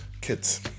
kids